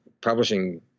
publishing